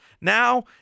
Now